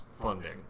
funding